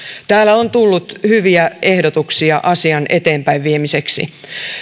täällä on tullut hyviä ehdotuksia asian eteenpäinviemiseksi